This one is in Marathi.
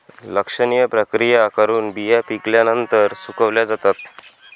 लक्षणीय प्रक्रिया करून बिया पिकल्यानंतर सुकवल्या जातात